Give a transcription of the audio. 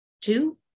two